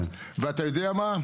ואתה יודע מה?